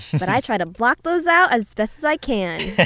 but i try to block those out as best as i can!